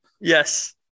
Yes